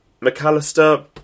McAllister